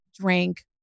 drank